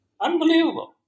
Unbelievable